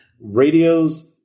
Radio's